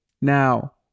Now